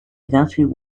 eventually